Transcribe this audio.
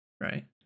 Right